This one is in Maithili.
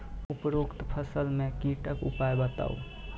उपरोक्त फसल मे कीटक उपाय बताऊ?